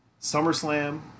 SummerSlam